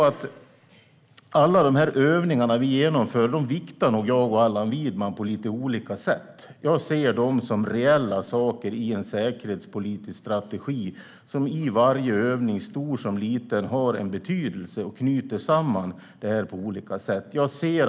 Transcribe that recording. Alla övningar vi genomför viktar jag och Allan Widman nog på lite olika sätt. Jag ser dem som realiteter i en säkerhetspolitisk strategi. Varje övning, stor som liten, har en betydelse och knyter samman detta på olika sätt.